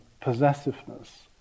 possessiveness